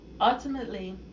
Ultimately